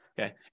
okay